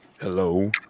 Hello